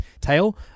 tail